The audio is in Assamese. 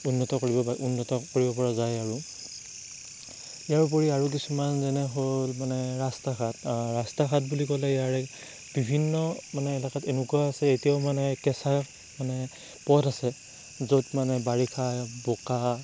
উন্নত কৰিব পৰা যায় আৰু ইয়াৰোপৰি আৰু কিছুমান যেনে হ'ল মানে ৰাস্তা ঘাট ৰাস্তা ঘাট বুলি ক'লে ইয়াৰে বিভিন্ন এলেকাত এনেকুৱা আছে এতিয়াও মানে কেঁচা পথ আছে য'ত মানে বাৰিষা বোকা